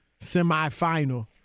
semifinal